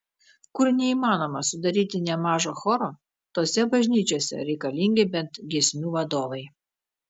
kur neįmanoma sudaryti nė mažo choro tose bažnyčiose reikalingi bent giesmių vadovai